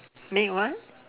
make one